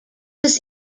does